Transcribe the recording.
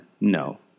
no